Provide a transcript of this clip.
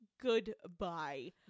Goodbye